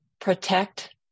protect